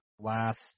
last